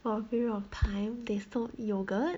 for a period of time they sold yogurt